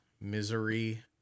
misery